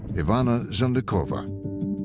ivana zelnickova.